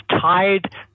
tied